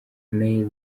neil